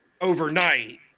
overnight